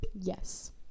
yes